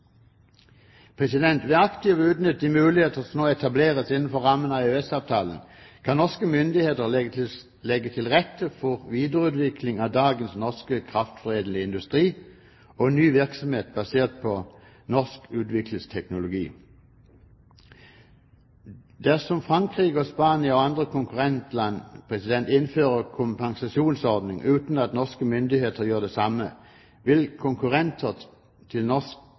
Ved aktivt å utnytte de muligheter som nå etableres innenfor rammen av EØS-avtalen, kan norske myndigheter legge til rette for videreutvikling av dagens norske kraftforedlende industri og ny virksomhet basert på ny norskutviklet teknologi. Dersom Frankrike, Spania og andre konkurrentland innfører kompensasjonsordning uten at norske myndigheter gjør det samme, vil konkurrenter til norsk